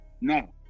No